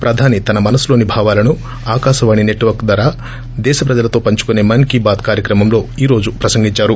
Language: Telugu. ప్రధాని ొతన మనసులోని భావాలను ఆకాశవాణి సెట్వర్క్ ద్వారా దేశ ప్రజలతో పంచుకునే మస్ కీ బాత్ కార్యక్రమంలో ఈ రోజు ప్రసంగించారు